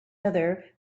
other